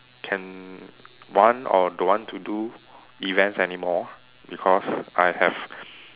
can want or don't want to do events anymore because I have